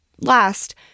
last